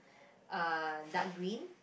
uh dark green